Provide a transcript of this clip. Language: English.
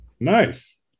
Nice